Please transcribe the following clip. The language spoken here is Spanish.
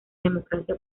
democracia